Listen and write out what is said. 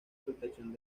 protección